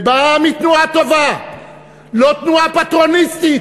לא תנועה פטרוניסטית,